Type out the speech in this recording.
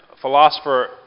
philosopher